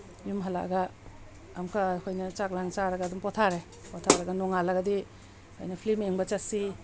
ꯌꯨꯝ ꯍꯜꯂꯛꯑꯒ ꯑꯃꯨꯛꯀ ꯑꯩꯈꯣꯏꯅ ꯆꯥꯛꯂꯥꯡ ꯆꯥꯔꯒ ꯑꯗꯨꯝ ꯄꯣꯊꯥꯔꯦ ꯄꯣꯊꯥꯔꯒ ꯅꯣꯡꯉꯥꯜꯂꯒꯗꯤ ꯑꯩꯈꯣꯏꯅ ꯐꯤꯂꯝ ꯌꯦꯡꯕ ꯆꯠꯁꯤ